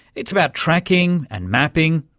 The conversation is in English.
it's about tracking and mapping,